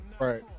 right